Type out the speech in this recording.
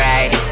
Right